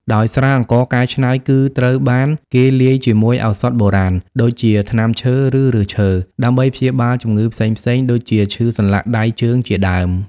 ដោយស្រាអង្ករកែច្នៃ គឺត្រូវបានគេលាយជាមួយឱសថបុរាណ ដូចជាថ្នាំឈើ ឬឫសឈើ ដើម្បីព្យាបាលជំងឺផ្សេងៗ ដូចជាឈឺសន្លាក់ដៃជើងជាដើម។